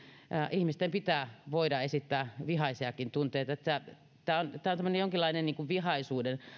ihmisten pitää voida esittää vihaisiakin tunteita tämä on tämmöinen jonkinlainen vihaisuuden